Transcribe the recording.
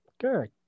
Good